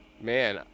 Man